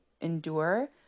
endure